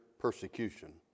persecution